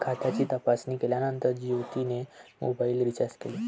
खात्याची तपासणी केल्यानंतर ज्योतीने मोबाइल रीचार्ज केले